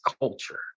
culture